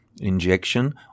injection